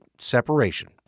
separation